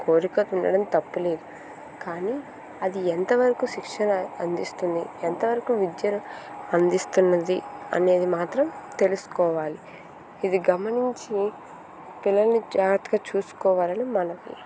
కోరిక ఉండడం తప్పులేదు కానీ అది ఎంతవరకు శిక్షణ అందిస్తుంది ఎంతవరకు విద్యను అందిస్తున్నది అనేది మాత్రం తెలుసుకోవాలి ఇది గమనించి పిల్లల్ని జాగ్రత్తగా చూసుకోవాలని మనవి